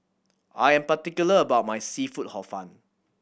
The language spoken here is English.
I am particular about my seafood Hor Fun